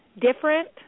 different